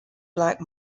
black